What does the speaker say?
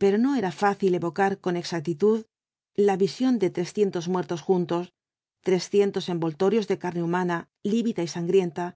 pero no era fácil evocar con exactitud la visión de trescientos muertos juntos trescientos envoltorios de carne humana lívida y sangrienta